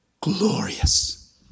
glorious